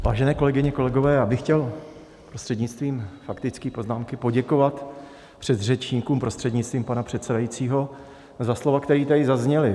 Vážené kolegyně, kolegové, já bych chtěl prostřednictvím faktické poznámky poděkovat předřečníkům, prostřednictvím pana předsedajícího, za slova, která tady zazněla.